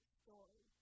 story